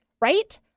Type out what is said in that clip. Right